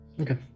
okay